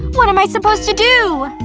what am i supposed to do?